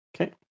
okay